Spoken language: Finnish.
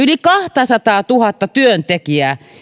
yli kahtasataatuhatta työntekijää